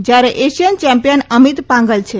જયારે Asian champion Amit Panghal છે